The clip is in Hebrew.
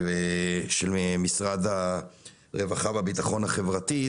של משרד הרווחה והביטחון החברתי,